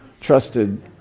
trusted